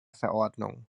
verordnung